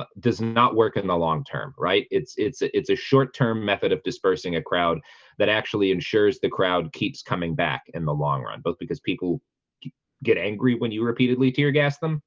ah does not work in the long term, right? it's it's it's a short-term method of dispersing a crowd that actually ensures the crowd keeps coming back in the long run both because people get angry when you repeatedly tear gas them